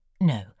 No